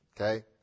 Okay